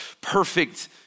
perfect